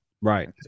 Right